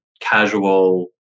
casual